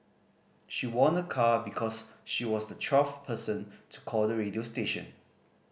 she won a car because she was the twelfth person to call the radio station